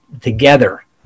together